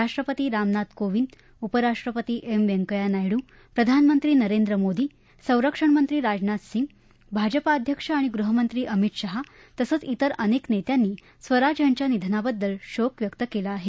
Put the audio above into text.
राष्ट्रपती रामनाथ कोविंद उपराष्ट्रपती एम व्यंकय्या नायडू प्रधानमंत्री नरेंद्र मोदी संरक्षणमंत्री राजनाथ सिंग भाजपाअध्यक्ष आणि गृहमंत्री अमित शाह तसंच जिर अनेक नेत्यांनी स्वराज यांच्या निधनाबद्दल शोक व्यक्त केला आहे